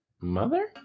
mother